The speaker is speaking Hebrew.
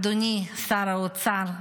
אדוני שר האוצר,